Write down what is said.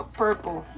purple